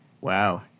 Wow